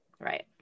Right